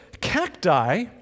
cacti